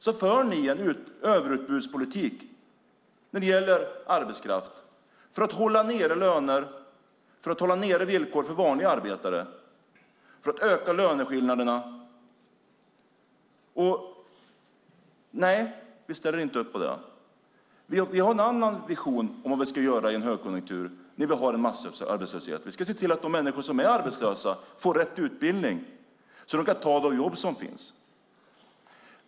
Då för ni en överutbudspolitik när det gäller arbetskraft för att hålla ned löner och villkor för vanliga arbetare - för att öka löneskillnaderna. Nej, vi ställer inte upp på det. Vi har en annan vision om vad vi ska göra i en högkonjunktur med massarbetslöshet. Vi ska se till att de som är arbetslösa får rätt utbildning så att de kan ta de jobb som finns.